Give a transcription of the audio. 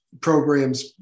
programs